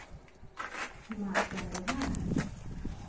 ᱢᱟᱜᱽ ᱪᱟᱸᱫᱳ ᱦᱮᱸᱵᱟᱝ